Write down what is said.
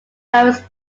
various